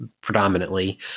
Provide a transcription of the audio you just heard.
predominantly